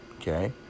Okay